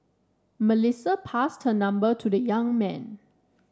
Melissa passed her number to the young man